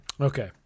Okay